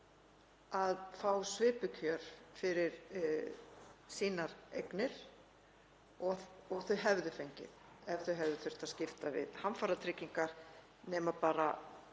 að fá svipuð kjör fyrir sínar eignir og þau hefðu fengið ef þau hefðu þurft að skipta við hamfaratryggingar nema bara